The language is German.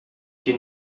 die